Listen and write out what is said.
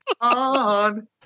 On